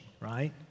right